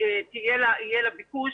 יהיה לה ביקוש